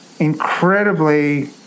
incredibly